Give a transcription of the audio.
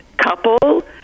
couple